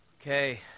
Okay